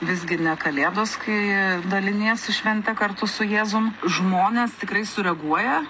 visgi ne kalėdos kai daliniesi švente kartu su jėzum žmonės tikrai sureaguoja